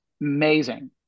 Amazing